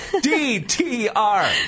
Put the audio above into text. D-T-R